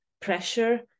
pressure